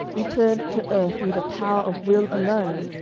returned to earth through the power of will alone,